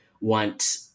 want